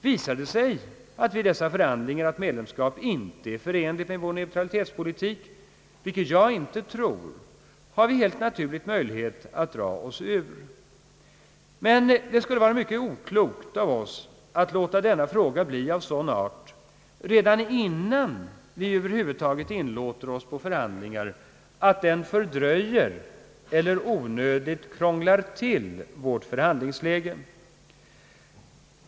Visar det sig vid dessa förhandlingar att medlemsskapet ej är förenligt med vår neutralitetspolitik — vilket jag inte tror — har vi helt naturligt möjlighet att dra oss ur. Men det skulle vara mycket oklokt av oss att låta denna fråga bli av sådan art — redan innan vi över huvud taget inlåter oss på förhandlingar — att den fördröjer eller onödigt krånglar till vårt förhandlingsläge.